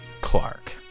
Clark